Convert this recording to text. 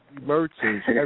Merchants